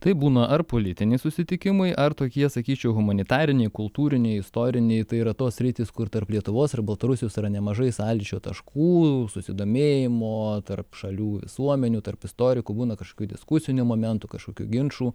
tai būna ar politiniai susitikimai ar tokie sakyčiau humanitariniai kultūriniai istoriniai tai yra tos sritys kur tarp lietuvos ir baltarusijos yra nemažai sąlyčio taškų susidomėjimo tarp šalių visuomenių tarp istorikų būna kažkokių diskusinių momentų kažkokių ginčų